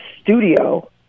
studio